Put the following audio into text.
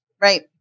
Right